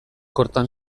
kortan